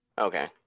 Okay